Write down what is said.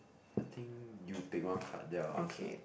I think you pick one card then I'll answer